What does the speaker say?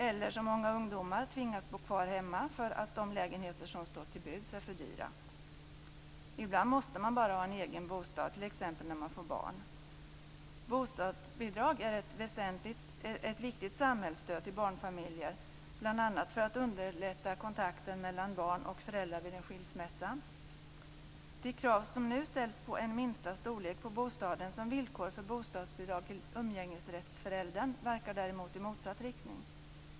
Eller också tvingas de, som många ungdomar, att bo kvar hemma för att de lägenheter som står till buds är för dyra. Ibland måste man bara ha en egen bostad, t.ex. när man får barn. Bostadsbidrag är ett viktigt samhällsstöd till barnfamiljer, bl.a. för att underlätta kontakten mellan barn och föräldrar vid en skilsmässa. De krav som nu ställs på en minsta storlek på bostaden som villkor för bostadsbidrag till umgängesrättsföräldern verkar däremot i motsatt riktning.